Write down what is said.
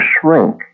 shrink